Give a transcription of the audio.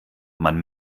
man